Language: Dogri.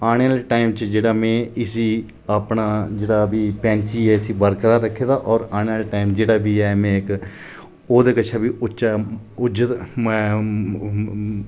आने आह्ले टाइम च में इसी अपना जेह्ड़ा बी पैंची ऐ इसी बरकरार रक्खी ऐ और जेह्ड़ा बी ऐ में इक उच्च उच्च में